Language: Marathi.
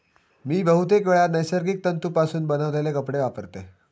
मी बहुतेकवेळा नैसर्गिक तंतुपासून बनवलेले कपडे वापरतय